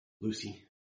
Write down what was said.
Lucy